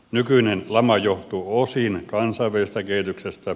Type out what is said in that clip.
nykyinen lama johtuu osin kansainvälisestä kehityksestä